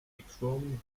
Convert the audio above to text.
nichrome